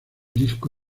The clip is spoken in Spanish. disco